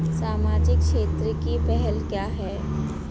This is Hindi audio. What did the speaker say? सामाजिक क्षेत्र की पहल क्या हैं?